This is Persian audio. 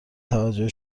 توجه